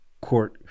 court